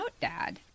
dad